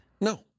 No